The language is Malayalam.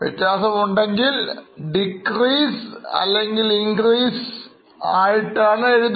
വ്യത്യാസമുണ്ടെങ്കിൽ decrease അല്ലെങ്കിൽ incerase ആണ്